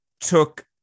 took